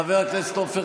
חבר הכנסת עופר